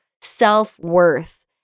self-worth